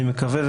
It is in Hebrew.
אני מקווה,